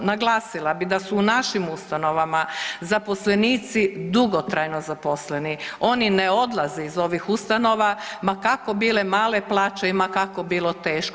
Naglasila bi da su u našim ustanovama zaposlenici dugotrajno zaposleni, oni ne odlaze iz ovih ustanova ma kako bile male plaće i ma kako bilo teško.